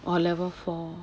orh level four